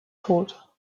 tot